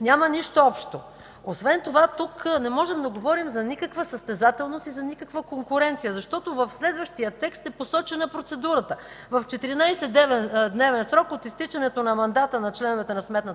Няма нищо общо. Освен това тук не можем да говорим за никаква състезателност и за никаква конкуренция, защото в следващия текст е посочена процедурата, че в 14-дневен срок от изтичането на мандата на членовете на Сметната